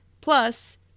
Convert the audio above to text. Plus